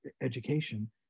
education